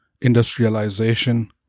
industrialization